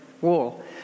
wall